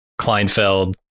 Kleinfeld